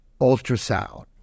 ultrasound